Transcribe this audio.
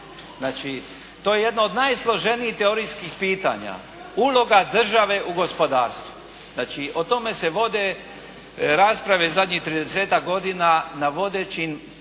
Znači, to je jedno od najsloženijih teorijskih pitanja, uloga države u gospodarstvu. Znači, o tome se vode rasprave zadnjih tridesetak godina na vodećim